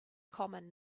common